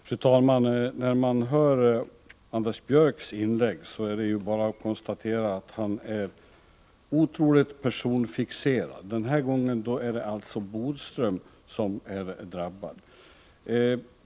Fru talman! När man hör Anders Björcks inlägg är det bara att konstatera att han är otroligt personfixerad. Den här gången är det alltså Bodström som är drabbad.